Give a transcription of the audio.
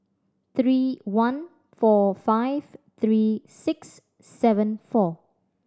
three one four five three six seven four